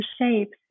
shapes